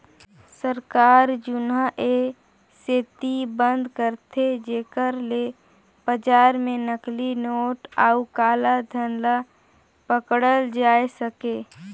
सरकार जुनहा ए सेती बंद करथे जेकर ले बजार में नकली नोट अउ काला धन ल पकड़ल जाए सके